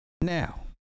Now